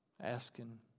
asking